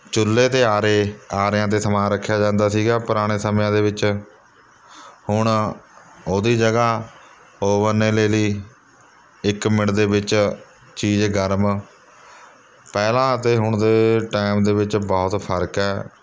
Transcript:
ਚੁੱਲ੍ਹੇ ਅਤੇ ਹਾਰੇ ਆਰਿਆਂ ਅਤੇ ਸਮਾਨ ਰੱਖਿਆ ਜਾਂਦਾ ਸੀਗਾ ਪੁਰਾਣੇ ਸਮਿਆਂ ਦੇ ਵਿੱਚ ਹੁਣ ਓਹਦੀ ਜਗ੍ਹਾ ਓਵਨ ਨੇ ਲੈ ਲਈ ਇੱਕ ਮਿੰਟ ਦੇ ਵਿੱਚ ਚੀਜ਼ ਗਰਮ ਪਹਿਲਾਂ ਅਤੇ ਹੁਣ ਦੇ ਟਾਇਮ ਦੇ ਵਿੱਚ ਬਹੁਤ ਫਰਕ ਹੈ